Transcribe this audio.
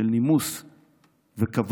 של נימוס וכבוד,